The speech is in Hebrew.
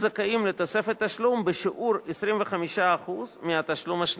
זכאים לתוספת תשלום בשיעור 25% מתשלום השנתי.